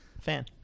Fan